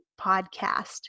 podcast